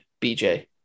BJ